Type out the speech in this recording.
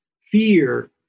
fear